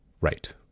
right